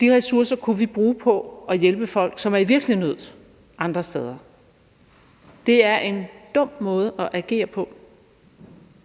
De ressourcer kunne vi bruge på at hjælpe folk, som er i virkelig nød andre steder. Det er en dum måde at agere på.